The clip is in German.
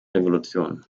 revolution